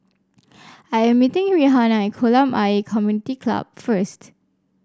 I am meeting Rihanna at Kolam Ayer Community Club first